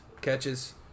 Catches